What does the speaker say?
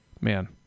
Man